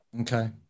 Okay